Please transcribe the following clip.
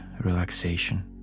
relaxation